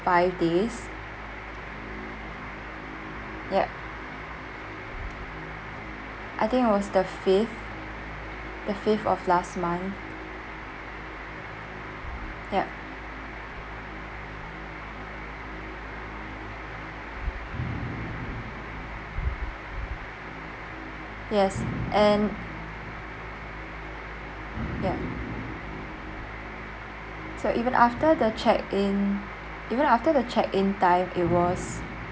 five days yup I think it was the fifth the fifth of last month yup yes and ya so even after the check in even after the check in time it was